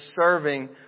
serving